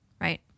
right